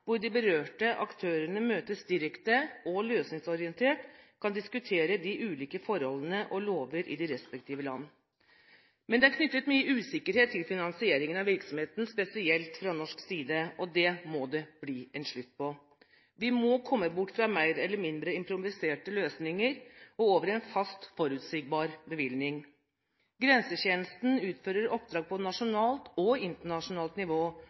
hvor de berørte aktørene møtes direkte og løsningsorientert kan diskutere de ulike forholdene og lover i de respektive land. Det er knyttet mye usikkerhet til finansieringen av virksomheten, spesielt fra norsk side, og det må det bli en slutt på. Vi må komme bort fra mer eller mindre improviserte løsninger og over i en fast, forutsigbar bevilgning. Grensetjenesten utfører oppdrag på nasjonalt og internasjonalt nivå,